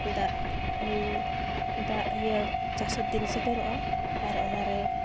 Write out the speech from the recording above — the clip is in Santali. ᱫᱟᱜ ᱫᱟᱜ ᱤᱭᱟᱹ ᱪᱟᱥᱮᱨ ᱫᱤᱱ ᱥᱮᱴᱮᱨᱚᱜᱼᱟ ᱟᱨ ᱚᱱᱟᱨᱮ